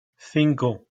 cinco